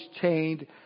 chained